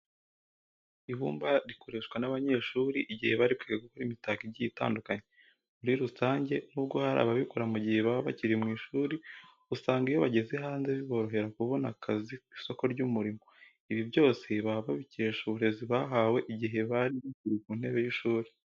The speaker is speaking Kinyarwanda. Ibumba rikoreshwa n'abanyeshuri igihe bari kwiga gukora imitako igiye itandukanye. Muri rusange nubwo hari ababikora mu gihe baba bakiri mu ishuri, usanga iyo bageze hanze biborohera kubona akazi ku isoko ry'umurimo. Ibi byose baba babikesha uburezi bahawe igihe bari bakiri ku ntebe y'ishuri.